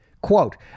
Quote